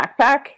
backpack